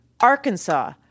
Arkansas